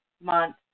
month